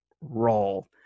roll